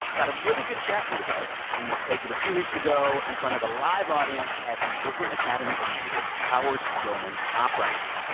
got a really good chat for you today. we taped it a few weeks ago in front of a live audience at the brooklyn academy of music, howard gilman opera house.